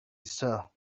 saw